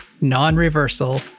non-reversal